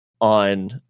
on